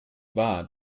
war